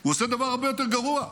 הוא עושה דבר הרבה יותר גרוע: